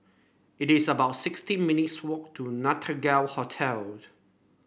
it is about sixteen minutes' walk to Nostalgia Hotel